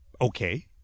Okay